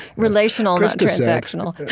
relational, not transactional